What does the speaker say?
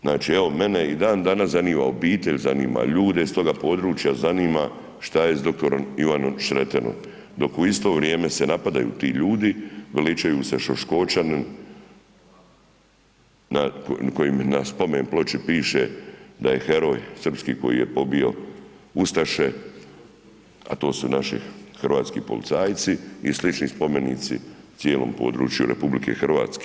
Znači evo mene i dandanas zanima, obitelj zanima, ljude iz toga područja, šta je sa dr. Ivanom Šreterom dok u isto vrijeme se napadaju ti ljudi, veličaju se Šoškočanin kojemu na spomen ploči piše da je heroj srpski koji je bio ustaše a to su naši hrvatski policajci i slični spomenici na cijelo području RH.